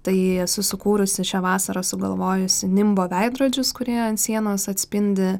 tai esu sukūrusi šią vasarą sugalvojusi nimbo veidrodžius kurie ant sienos atspindi